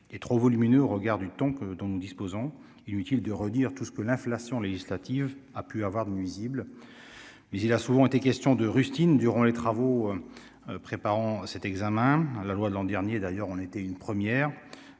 et trop volumineux au regard du ton que dont nous disposons, inutile de redire tout ce que l'inflation législative a pu avoir nuisibles mais il a souvent été question de rustines durant les travaux préparant cet examen, la loi de l'an dernier d'ailleurs, on était une première,